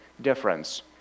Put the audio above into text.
difference